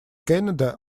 canada